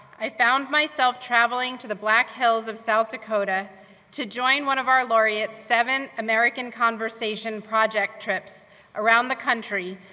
i found myself traveling to the black hills of south dakota to join one of our laureate's seven american conversation project trips around the country,